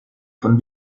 von